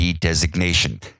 designation